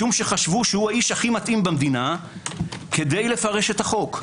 כי חשבו שהוא האיש הכי מתאים במדינה כדי לפרש את החוק.